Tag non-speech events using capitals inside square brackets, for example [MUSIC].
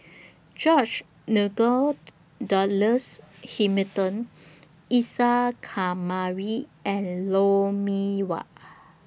George Nigel [NOISE] Douglas Hamilton Isa Kamari and Lou Mee Wah